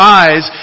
eyes